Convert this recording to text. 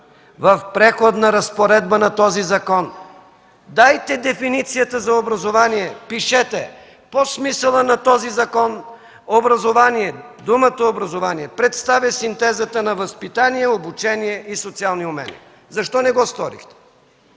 в преходната разпоредба на този закон дайте дефиницията за „образование”. Пишете: „По смисъла на този закон думата „образование” представя синтеза на възпитание, обучение и социални умения”. Защо не го сторихте?!